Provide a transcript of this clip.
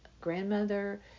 grandmother